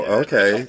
okay